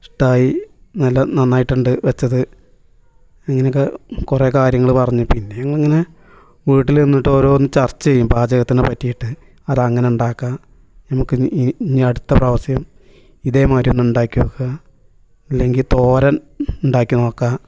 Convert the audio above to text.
ഇഷ്ടമായി നല്ല നന്നായിട്ടുണ്ട് വെച്ചത് ഇങ്ങനയൊക്കെ കുറേ കാര്യങ്ങൾ പറഞ്ഞു പിന്നെ ഞങ്ങൾ ഇങ്ങനെ വീട്ടിൽ ഇരുന്നിട്ട് ഓരോ ചർച്ച ചെയ്യും പാചകത്തിനെ പറ്റിയിട്ട് അത് അങ്ങനെ ഉണ്ടാക്കാം നമുക്ക് ഇനി ഇനി അടുത്ത പ്രാവശ്യം ഇതേമാതിരി ഒന്ന് ഉണ്ടാക്കി നോക്കാം അല്ലെങ്കിൽ തോരൻ ഉണ്ടാക്കി നോക്കാം